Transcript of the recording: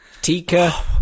Tika